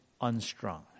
unstrung